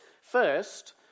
first